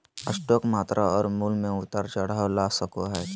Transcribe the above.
stock मात्रा और मूल्य में उतार चढ़ाव ला सको हइ